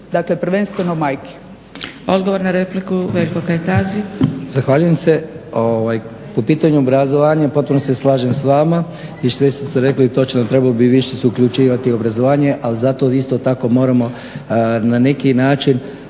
na repliku, Veljko Kajtazi. **Kajtazi, Veljko (Nezavisni)** Zahvaljujem se. Po pitanju obrazovanja potpuno se slažem s vama i sve što ste rekli točno, trebalo bi se više uključivati u obrazovanje ali zato isto tako moramo na neki način